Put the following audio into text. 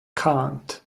kant